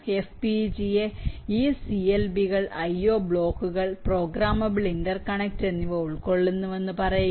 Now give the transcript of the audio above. FPGA ഈ CLB കൾ IO ബ്ലോക്കുകൾ പ്രോഗ്രാമബിൾ ഇന്റർകണക്ട് എന്നിവ ഉൾക്കൊള്ളുന്നുവെന്ന് പറയുക